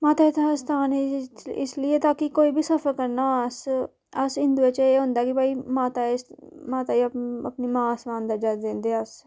माता दा स्थान इसलेई ताकि कोई बी सफर करना होऐ अस्स अस्स हिंदुएं च एह् हुंदा कि भाई माता गी माता गी अपनी मां समान दर्जा दिंदे अस